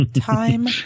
Time